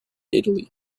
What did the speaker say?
italy